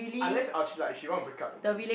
unless uh she like she want to break up already